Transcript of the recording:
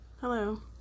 Hello